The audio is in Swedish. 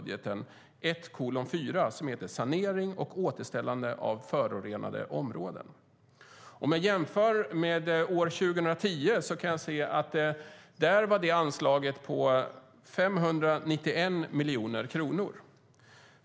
Det är anslag 1:4 Sanering och återställning av förorenade områden. Om jag jämför med år 2010 kan jag se att anslaget då var på 591 miljoner kronor.